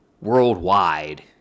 worldwide